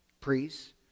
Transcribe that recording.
priests